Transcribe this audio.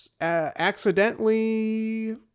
accidentally